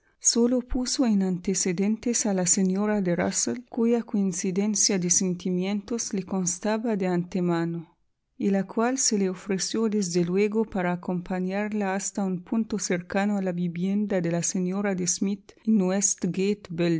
sólo puso en antecedentes a la señora de rusell cuya coincidencia de sentimientos le constaba de antemano y la cual se le ofreció desde luego para acompañarla hasta un punto cercano a la vivienda de la señora de smith